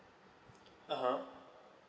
(uh huh)